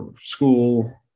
school